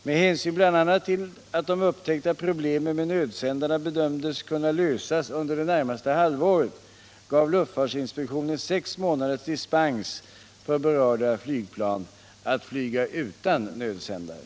Med hänsyn bl.a. till att de upptäckta problemen med nödsändarna bedömdes kunna lösas under det närmaste halvåret gav luftfartsinspektionen sex månaders dispens för berörda flygplan att flyga utan nödsändare.